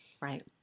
Right